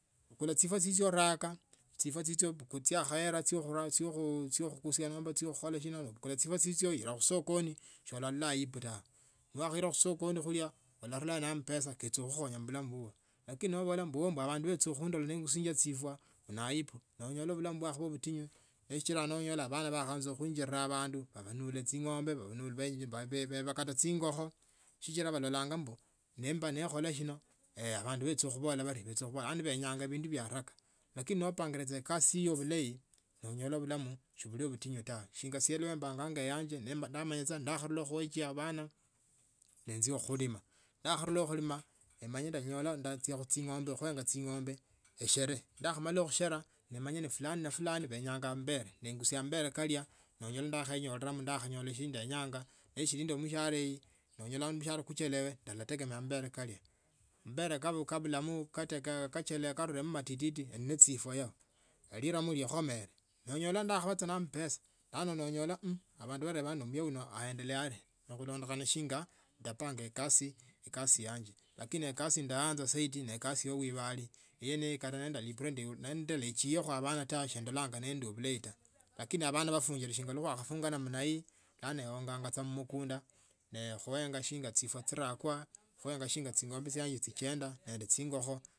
Bukula chifwa chichwo urake chifwa chichwo chiakhela chio khukusia nomba khukhola sina obukhula chifwa chichwo upeleke khusokoni nolola aibu tawe nokhailakhusokoni khulia obonyola ambesa kala khukhonya maisha. kowo lakini nobola bandu balandola nengasia chifwo ne aibu nonyola bulamu bwakaba. butinyu nesichila nonyola bana bakhachiaka khuinjila bandu babolola ching'ombe because kata ching'okho sichila balula mbu nekhola shina yaani benya bindu bya haraka lakini nopangile ekasi yiyo bulayi nonyola bulamu sibuli butinyu singise mpanga yangu ndamanya saa ninula khuekya bana enzile khulima nakhanula khulima ndamanya ndachia khuching'ombe khuenga ching'ombe eshere ndakhamala khuchere ndemanya nifulani ne fulani benyanga ambele nengusa ambele kalia nonyola nakhanyoramo bula shindu shi ndenyanga neshilinda mshahara ino nonyola mahabharata kuchelewe netegemea ambele kali mbele kabulamo kachome karulemo matiti endi nechifweyo elirama likhomeye karulemo ndakhaba nende ambesa bulano renyola muya no aendelea arie khulondokhana neshina ndaoanga kasi yanje lakini nekasi ye ndayanja zaidi nekasi ya baubali yeneyo kata nende ndechekho bana sendolanga nendili bulayi tawe lakini abana nabafungale bakhafunga namna hii bulano eonga mumukunda nekhuenga enga chifwa chirakwa khuenga shinga ching'ombe chiange chichende nende chingokho.